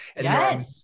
Yes